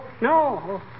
no